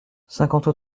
cinquante